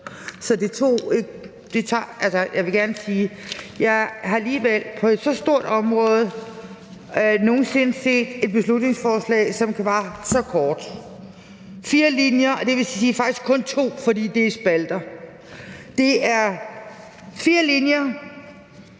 Jeg vil gerne sige: Jeg har alligevel – på et så stort område – aldrig nogen sinde set et beslutningsforslag, som var så kort. Fire linjer, og det er faktisk kun to, for det er spalter. Det er fire linjer: